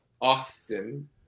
often